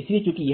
इसलिए चूंकि